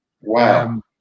Wow